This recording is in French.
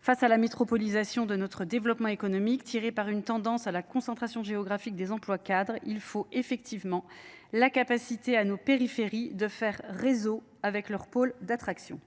face à la métropolisation de notre développement économique, tirée par une tendance à la concentration géographique des emplois cadres, il faut effectivement la capacité à nos périphériques de faire réseau avec leurs pôles d'attraction